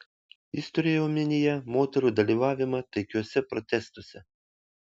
jis turėjo omenyje moterų dalyvavimą taikiuose protestuose